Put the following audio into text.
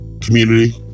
community